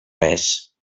res